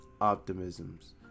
optimisms